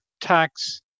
tax